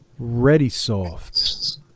ReadySoft